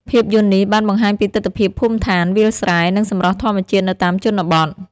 ភាពយន្តនេះបានបង្ហាញពីទិដ្ឋភាពភូមិឋាន វាលស្រែ និងសម្រស់ធម្មជាតិនៅតាមជនបទ។